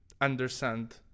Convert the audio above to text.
understand